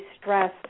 stress